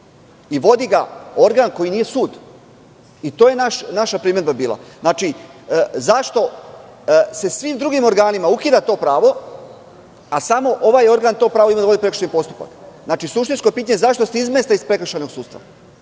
i vodi ga organ koji nije sud. To je naša primedba bila. Znači, zašto se svim drugim organima ukida to pravo, a samo ovaj organ ima to pravo da vodi prekršajni postupak? Suštinsko je pitanje - zašto se izmesta iz prekršajnog sudstva,